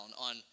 on